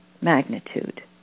magnitude